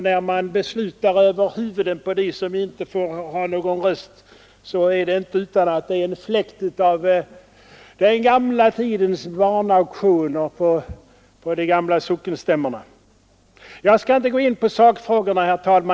När man beslutar över huvudena på dem som inte har någon röst, är det nästan en fläkt av den gamla tidens barnauktioner på sockenstämmorna. Herr talman! Jag skall inte gå in på sakfrågorna.